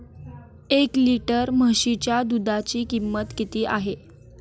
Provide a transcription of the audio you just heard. एक लिटर म्हशीच्या दुधाची किंमत किती आहे?